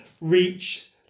reach